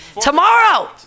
Tomorrow